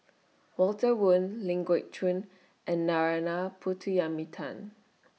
Walter Woon Ling Geok Choon and Narana